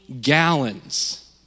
gallons